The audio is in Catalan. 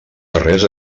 darrers